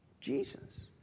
Jesus